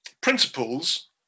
principles